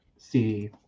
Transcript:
see